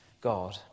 God